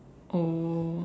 oh